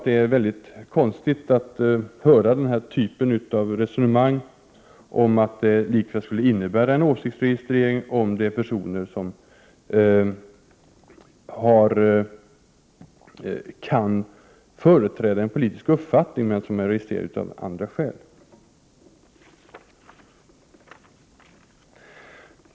Det är mycket konstigt att höra resonemanget om att det likväl skulle innebära en åsiktsregistrering om det är personer som kan företräda en politisk uppfattning men som är registrerade av andra skäl.